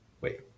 wait